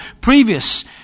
previous